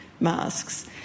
masks